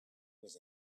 was